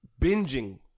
binging